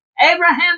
Abraham